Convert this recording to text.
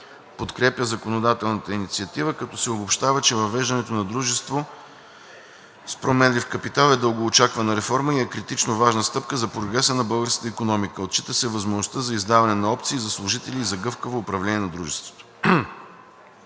подкрепя законодателната инициатива, като се обобщава, че въвеждането на дружество с променлив капитал е дългоочаквана реформа и е критично важна стъпка за прогреса на българската икономика. Отчита се възможността за издаване на опции за служители и за гъвкаво управление на дружеството.